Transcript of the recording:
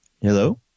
Hello